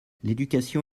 l’éducation